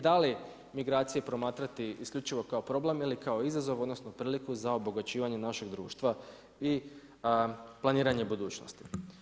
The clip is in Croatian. Da li migracije promatrati isključivo kao problem ili kao izazov, odnosno priliku za obogaćivanje našeg društva i planiranje budućnosti.